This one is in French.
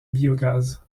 biogaz